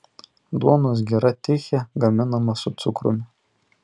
duonos gira tichė gaminama su cukrumi